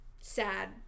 sad